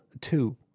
two